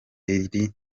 ikiri